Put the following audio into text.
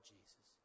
Jesus